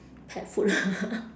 pet food